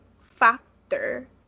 factor